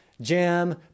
jam